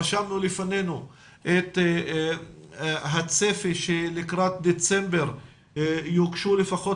רשמנו לפנינו את הצפי שלקראת דצמבר יוגשו לפחות